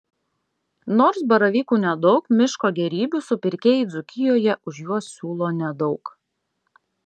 nors baravykų nedaug miško gėrybių supirkėjai dzūkijoje už juos siūlo nedaug